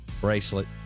bracelet